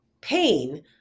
pain